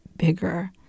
bigger